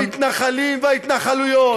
המתנחלים וההתנחלויות,